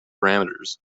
parameters